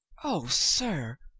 o, sir,